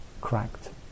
cracked